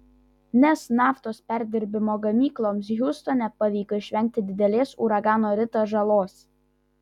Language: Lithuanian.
nes naftos perdirbimo gamykloms hiūstone pavyko išvengti didelės uragano rita žalos